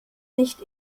nicht